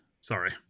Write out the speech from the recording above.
Sorry